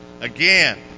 Again